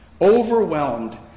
overwhelmed